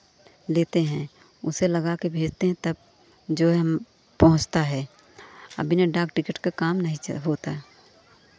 लेते हैं उसे लगा के भेजते हैं तब जो है पहुँचता है आ बिना डाक टिकट का काम नहीं चल होता है